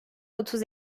otuz